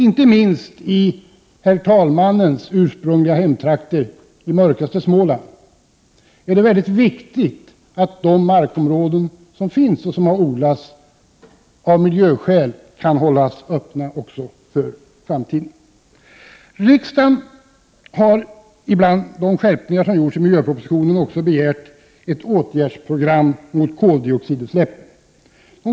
Inte minst i herr talmannens ursprungliga hemtrakter, i mörkaste Småland, är det mycket viktigt att de markområden som har odlats kan hållas öppna av miljöskäl också för framtiden. Riksdagen har bland de skärpningar som gjorts av miljöpropositionen begärt ett åtgärdsprogram mot koldioxidutsläppen.